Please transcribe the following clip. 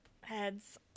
Heads